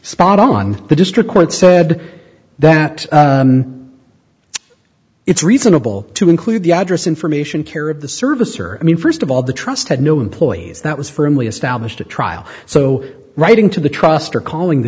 spot on the district court said that it's reasonable to include the address information care of the service or i mean first of all the trust had no employees that was firmly established a trial so writing to the trust or calling the